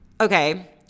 Okay